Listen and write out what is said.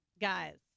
guys